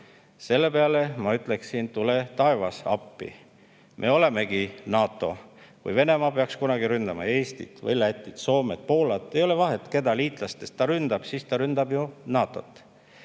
Selle peale ma ütleksin: "Tule taevas appi!" Me olemegi NATO. Kui Venemaa peaks kunagi ründama Eestit või Lätit, Soomet või Poolat – ei ole vahet, keda liitlastest ta ründab –, siis ta ründab ju NATO-t.